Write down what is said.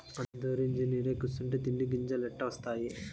అందురూ ఇంజనీరై కూసుంటే తిండి గింజలెట్టా ఒస్తాయి